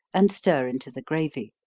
and stir into the gravy.